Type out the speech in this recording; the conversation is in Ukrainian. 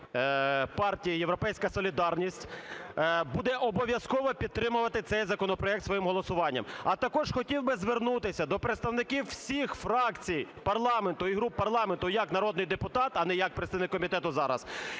партії "Європейська солідарність" буде обов'язково підтримувати цей законопроект своїм голосуванням. А також хотів би звернутися до представників всіх фракцій парламенту і груп парламенту як народний депутат, а не як представник комітету зараз,